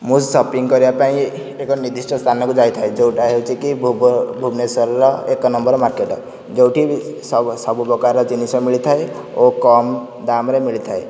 ମୁଁ ସପିଂ କରିବା ପାଇଁ ଏକ ନିର୍ଦ୍ଧିଷ୍ଟ ସ୍ଥାନକୁ ଯାଇଥାଏ ଯେଉଁଟା ହେଉଛି କି ଭୁବନ ଭୁବନେଶ୍ୱରର ଏକ ନମ୍ବର ମାର୍କେଟ ଯେଉଁଠି ସବ୍ ସବୁ ପ୍ରକାରର ଜିନିଷ ମିଳିଥାଏ ଓ କମ ଦାମ୍ରେ ମିଳିଥାଏ